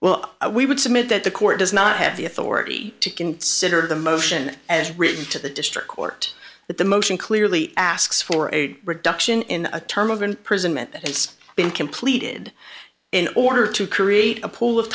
well we would submit that the court does not have the authority to consider the motion as written to the district court but the motion clearly asks for a reduction in a term of imprisonment that it's been completed in order to create a pool of